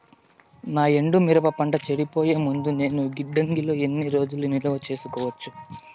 నా ఎండు మిరప పంట చెడిపోయే ముందు నేను గిడ్డంగి లో ఎన్ని రోజులు నిలువ సేసుకోవచ్చు?